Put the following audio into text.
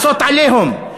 לעשות "עליהום",